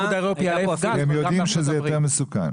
האירופי --- הם יודעים שזה יותר מסוכן.